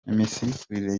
imisifurire